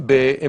בוקר טוב.